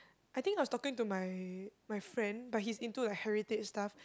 I think I was talking to my my friend but he's into like heritage stuff